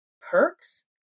perks